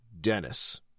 dennis